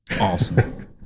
Awesome